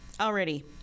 Already